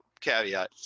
caveat